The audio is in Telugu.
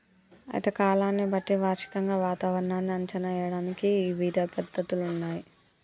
అయితే కాలాన్ని బట్టి వార్షికంగా వాతావరణాన్ని అంచనా ఏయడానికి ఇవిధ పద్ధతులున్నయ్యి